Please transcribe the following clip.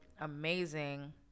amazing